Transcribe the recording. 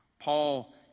Paul